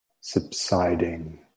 subsiding